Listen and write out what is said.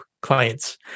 clients